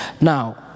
Now